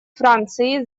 франции